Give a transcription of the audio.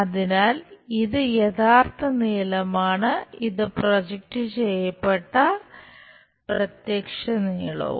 അതിനാൽ ഇത് യഥാർത്ഥ നീളമാണ് ഇത് പ്രൊജക്റ്റ് ചെയ്യപ്പെട്ട പ്രത്യക്ഷ നീളവും